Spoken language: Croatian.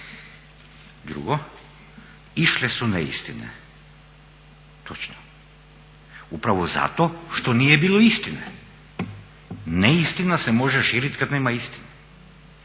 Drugo, išle su neistine, točno, upravo zato što nije bilo istine. Neistina se može širiti kad nema istine.